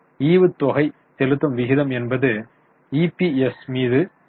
ஈவுத்தொகை செலுத்தும் விகிதம் என்பது இபிஎஸ் மீது டி